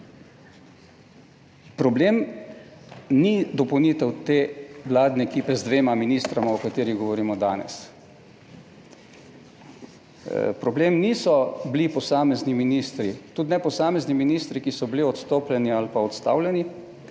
problem ni dopolnitev te vladne ekipe z dvema ministroma o katerih govorimo danes. Problem niso bili posamezni ministri, tudi ne posamezni ministri, ki so bili odstopljeni ali pa odstavljeni,